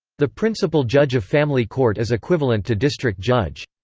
the principal judge of family court is equivalent to district judge.